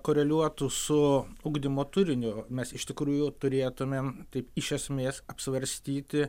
koreliuotų su ugdymo turiniu mes iš tikrųjų turėtumėm taip iš esmės apsvarstyti